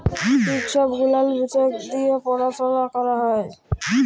ই ছব গুলাল বিষয় দিঁয়ে পরাশলা ক্যরা হ্যয়